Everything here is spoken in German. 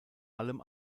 allem